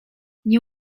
nie